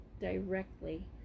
directly